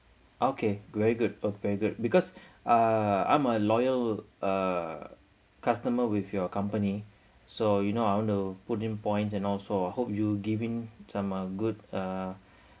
okay very good oh very good because uh I'm a loyal uh customer with your company so you know I want to put in points and also I hope you giving some uh good uh